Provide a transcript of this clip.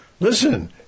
Listen